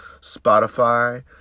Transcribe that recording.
Spotify